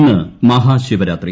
ഇന്ന് മഹാശിവരാത്രി